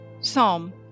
Psalm